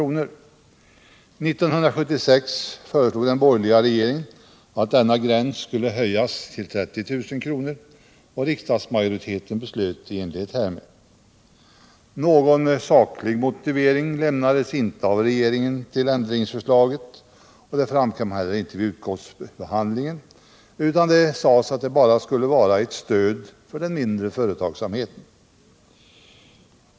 1976 föreslog den borgerliga regeringen att denna gräns skulle höjas till 30 000 kr., och riksdagsmajoriteten beslöt i enlighet härmed. Någon saklig motivering till ändringsförslaget lämnades inte av regeringen och någon sådan framkom heller inte vid utskottsbehandlingen, utan det sades att det bara skulle vara ett stöd för den mindre företagsamheten.